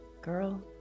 Girl